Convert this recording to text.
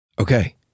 Okay